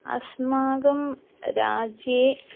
अस्माकं राज्ये